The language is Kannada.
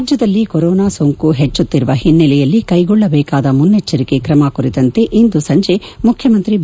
ರಾಜ್ಲದಲ್ಲಿ ಕೊರೋನಾ ಸೋಂಕು ಹೆಚ್ಚುಕ್ತಿರುವ ಹಿನ್ನೆಲೆಯಲ್ಲಿ ಕೈಗೊಳ್ಳಬೇಕಾದ ಮುನ್ನೆಚ್ಚರಿಕೆ ತ್ರಮ ಕುರಿತಂತೆ ಇಂದು ಸಂಜೆ ಮುಖ್ಚಮಂತ್ರಿ ಬಿ